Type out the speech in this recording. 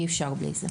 אי-אפשר בלי זה.